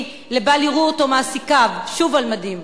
לבל יראו אותו מעסיקיו שוב על מדים?